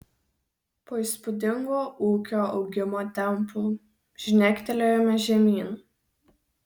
po įspūdingo ūkio augimo tempų žnektelėjome žemyn